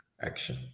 action